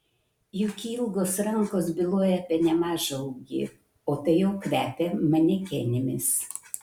juk ilgos rankos byloja apie nemažą ūgį o tai jau kvepia manekenėmis